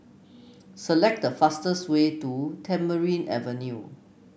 select the fastest way to Tamarind Avenue